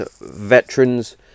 veterans